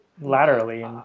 laterally